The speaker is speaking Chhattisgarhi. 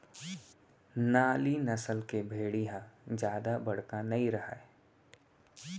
नाली नसल के भेड़ी ह जादा बड़का नइ रहय